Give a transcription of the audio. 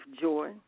joy